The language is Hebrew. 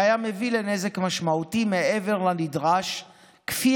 שהיה מביא לנזק משמעותי מעבר לנדרש כפי